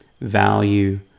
value